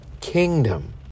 kingdom